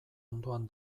ondoan